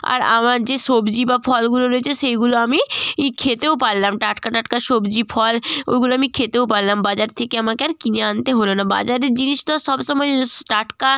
আর আমার যে সবজি বা ফলগুলো রয়েছে সেইগুলো আমি ই খেতেও পারলাম টাটকা টাটকা সবজি ফল ওগুলো আমি খেতেও পাল্লাম বাজার থেকে আমাকে আর কিনে আনতে হলো না বাজারের জিনিস তো সব সময় টাটকা